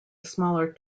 smaller